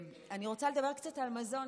אני רוצה לדבר קצת על מזון,